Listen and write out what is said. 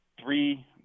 three